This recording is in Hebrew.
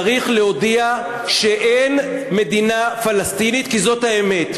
צריך להודיע שאין מדינה פלסטינית, כי זאת האמת.